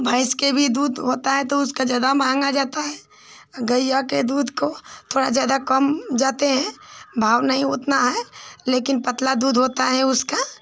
भैंस का भी दूध होता है तो उसका ज़्यादा महँगा जाता है गैया के दूध को थोड़ा ज़्यादा कम जाते हैं भाव नहीं उतना है लेकिन पतला दूध होता है उसका